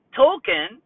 token